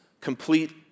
complete